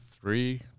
three